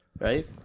Right